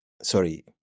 Sorry